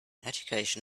education